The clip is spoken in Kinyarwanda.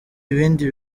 ibindi